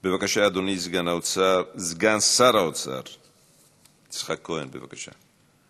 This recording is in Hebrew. בבקשה, אדוני סגן שר האוצר יצחק כהן, בבקשה.